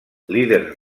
líders